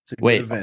Wait